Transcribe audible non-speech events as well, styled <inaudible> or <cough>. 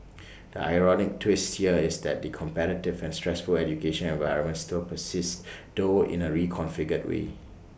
<noise> the ironic twist here is that the competitive and stressful education environment still persists <noise> though in A reconfigured way